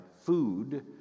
food